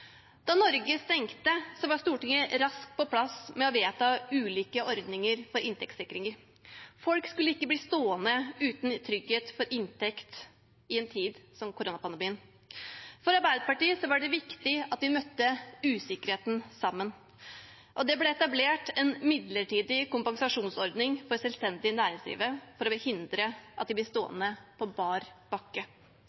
Da Norge stengte, var Stortinget raskt på plass med å vedta ulike ordninger for inntektssikring. Folk skulle ikke bli stående uten trygghet for inntekt i en tid som koronapandemien. For Arbeiderpartiet var det viktig at vi møtte usikkerheten sammen, og det ble etablert en midlertidig kompensasjonsordning for selvstendig næringsdrivende for å hindre at de